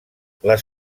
les